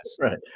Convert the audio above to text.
Right